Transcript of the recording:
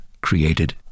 created